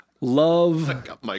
love